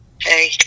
hey